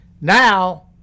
now